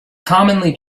commonly